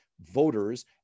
voters